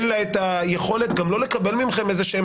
אין לה את היכולת גם לא לקבל מכם איזשהן